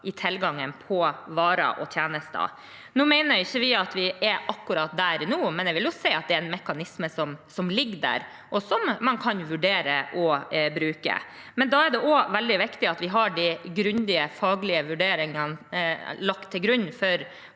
i tilgangen på varer og tjenester. Nå mener ikke vi at vi er akkurat der nå, men jeg vil si at det er en mekanisme som ligger der, og som man kan vurdere å bruke. Da er det også veldig viktig at vi har de grundige, faglige vurderingene lagt til grunn for